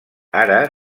ara